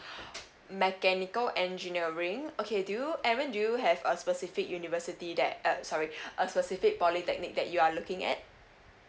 mechanical engineering okay do you aaron do you have a specific university that uh sorry a specific polytechnic that you are looking at